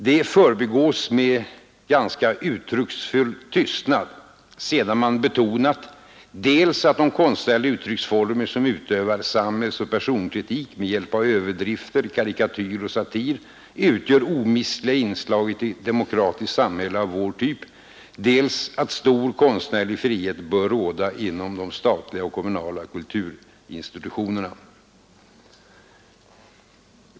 Detta förbigås med en ganska uttrycksfull tystnad — sedan man betonat dels att de konstnärliga uttrycksformer som utövar samhällsoch personkritik med hjälp av överdrifter, karikatyr och satir utgör omistliga inslag i ett demokratiskt samhälle av vår typ, dels att stor konstnärlig frihet bör råda inom de statliga och kommunala kulturinstitutionerna.